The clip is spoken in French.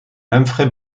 humphrey